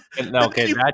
Okay